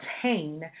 obtain